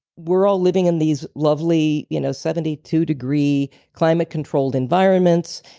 we're all living in these lovely, you know seventy two degree climate controlled environments.